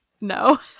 no